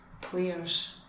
players